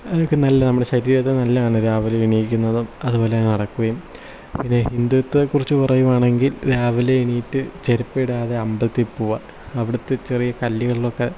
അതൊക്കെ നല്ല നമ്മുടെ ശരീരത്തിന് നല്ലതാണ് രാവിലെ എണീക്കുന്നതും അതുപോലെ നടക്കുകയും പിന്നെ ഹിന്ദുത്വത്തെ കുറിച്ച് പറയുകയാണെങ്കിൽ രാവിലെ എണീറ്റ് ചെരുപ്പിടാതെ അമ്പലത്തിൽ പോവുക അവിടത്തെ ചെറിയ കല്ലുകളിലൊക്കെ